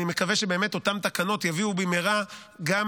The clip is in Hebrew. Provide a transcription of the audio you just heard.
אני מקווה שאותן תקנות יביאו במהרה גם